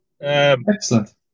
excellent